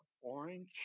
orange